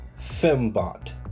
Fembot